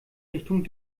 richtung